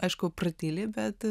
aišku pratyli bet